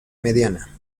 mediana